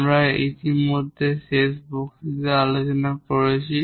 আমরা ইতিমধ্যে শেষ বক্তৃতায় আলোচনা করেছি